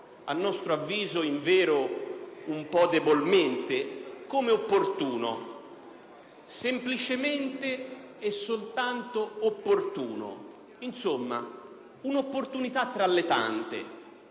a nostro avviso invero un po' debolmente, come opportuno, semplicemente e soltanto opportuno. Insomma, un'opportunità tra le tante.